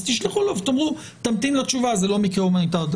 תודיעו לו ותאמרו לו שימתין לתשובה כי זה לא מקרה הומניטרי.